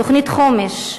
תוכנית חומש.